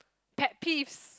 pet peeves